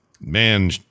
Man